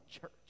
church